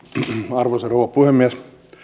arvoisa rouva puhemies